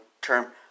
term